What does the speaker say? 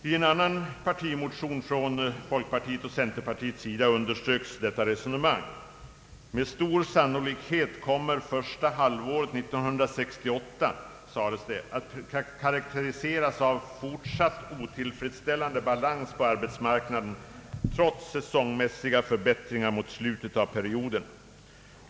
I en annan partimotion från folkpartiet och centerpartiet underströks detta resonemang. »Med stor sannolikhet kommer första halvåret 1968 att karaktäriseras av fortsatt otillfredsställande balans på arbetsmarknaden trots säsongmässig förbättring mot slutet av perioden.